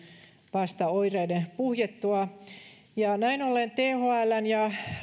vasta oireiden puhjettua näin ollen thln ja